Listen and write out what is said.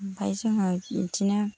ओमफ्राय जोङो बिदिनो